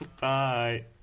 bye